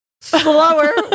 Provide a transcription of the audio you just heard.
Slower